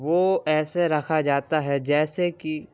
وہ ایسے رکھا جاتا ہے جیسے کہ